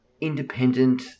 independent